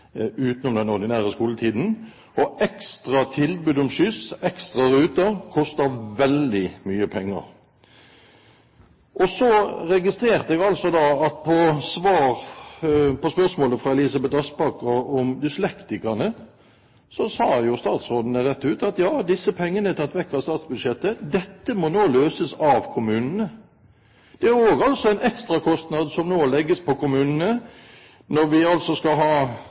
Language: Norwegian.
utenom den ordinære skoletiden. Ekstra tilbud om skyss, ekstra ruter, koster veldig mange penger. Så registrerte jeg at som svar på spørsmålet fra Elisabeth Aspaker om dyslektikerne sa statsråden rett ut at ja, disse pengene er tatt bort fra statsbudsjettet. Dette må nå løses av kommunene. Det er en ekstra kostnad som nå legges på kommunene, når vi skal ha